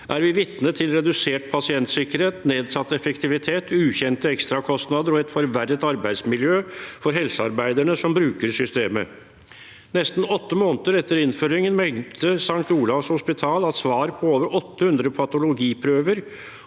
vi vært vitne til redusert pasientsikkerhet, nedsatt effektivitet, ukjente ekstrakostnader og et forverret arbeidsmiljø for helsearbeiderne som bruker systemet. Nesten åtte måneder etter innføringen meldte St. Olavs hospital om at svar på over 800 patologiprøver